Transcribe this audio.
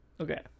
Okay